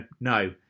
No